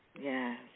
Yes